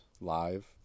live